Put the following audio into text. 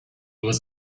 was